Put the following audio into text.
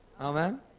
Amen